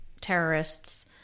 terrorists